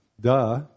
Duh